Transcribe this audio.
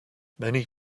many